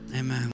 amen